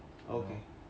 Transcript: okay